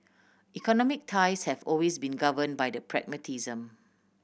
economic ties have always been govern by pragmatism